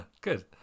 Good